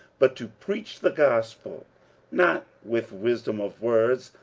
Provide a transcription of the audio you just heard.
but to preach the gospel not with wisdom of words,